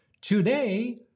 today